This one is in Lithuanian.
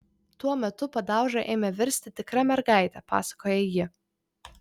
tuo metu padauža ėmė virsti tikra mergaite pasakoja ji